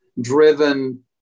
driven